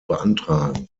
beantragen